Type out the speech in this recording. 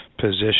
position